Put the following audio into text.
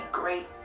great